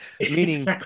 meaning